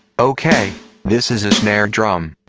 okay this is a snare drum.